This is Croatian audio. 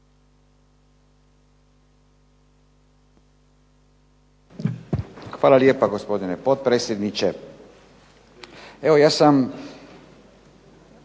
Hvala lijepa gospodine potpredsjedniče. Evo ja sam